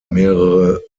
mehrere